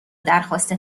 درخواست